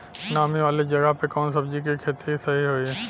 नामी वाले जगह पे कवन सब्जी के खेती सही होई?